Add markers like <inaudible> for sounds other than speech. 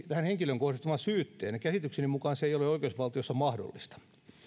<unintelligible> tähän henkilöön kohdistuvan syytteen käsitykseni mukaan se ei ole oikeusvaltiossa mahdollista